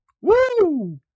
Woo